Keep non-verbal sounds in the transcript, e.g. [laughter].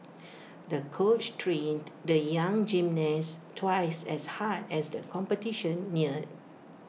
[noise] the coach trained the young gymnast twice as hard as the competition neared